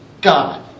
God